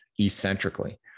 eccentrically